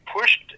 pushed